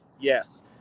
Yes